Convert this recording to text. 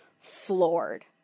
floored